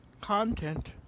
content